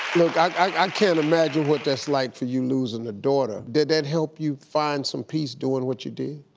look, i can't imagine what that's like for you losing a daughter. did that help you find some peace doing what you did?